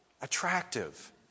attractive